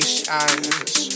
shines